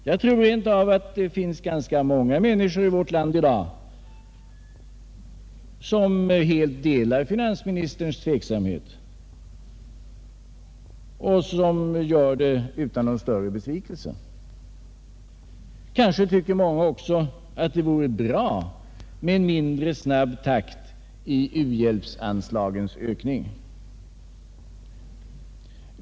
Jag tror rent av att det finns ganska många människor i vårt land i dag som helt delar finansministerns tveksamhet och som gör det utan någon större besvikelse. Kanske tycker mänga också att det vore bra med en mindre snabb takt i u-hjälpsanslagens ökning.